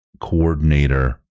coordinator